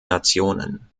nationen